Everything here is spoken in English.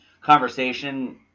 conversation